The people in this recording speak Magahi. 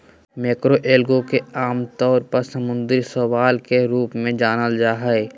मैक्रोएल्गे के आमतौर पर समुद्री शैवाल के रूप में जानल जा हइ